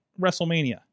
WrestleMania